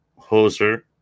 hoser